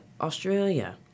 Australia